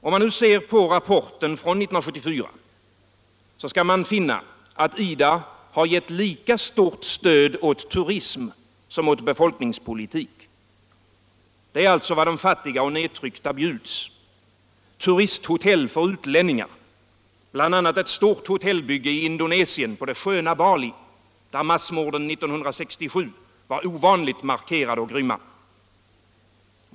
Om man ser på rapporten från 1974, skall man finna att IDA har givit lika stort stöd åt turism som åt befolkningspolitik. Det är vad de fattiga och nedtryckta bjuds: turisthotell för utlänningar, bl.a. ett hotellbygge i Indonesien, på det sköna Bali, där massmorden 1967 var ovanligt markerade och grymma.